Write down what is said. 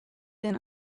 then